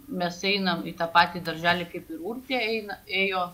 mes einame į tą patį darželį kaip ir urtė eina ėjo